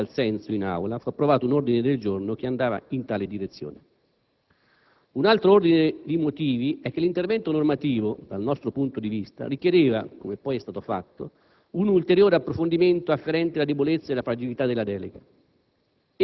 In tal senso, in Aula, fu approvato un ordine del giorno che andava in tale direzione. Un altro ordine di motivi è che l'intervento normativo, dal nostro punto di vista, richiedeva - come poi è stato fatto - un ulteriore approfondimento afferente la debolezza e la fragilità della delega.